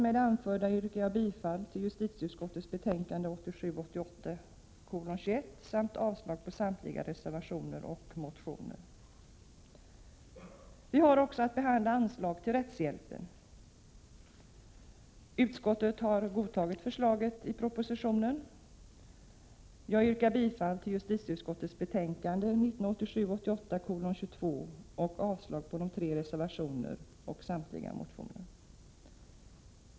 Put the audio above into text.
Med det anförda yrkar jag bifall till hemställan i justitieutskottets betänkande 1987 88:22 och avslag på de tre reservationerna och samtliga motioner.